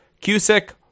Cusick